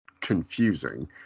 confusing